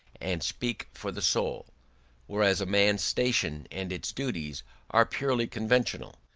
and speak for the soul whereas a man's station and its duties are purely conventional,